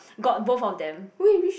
got both of them